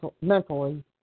mentally